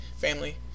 family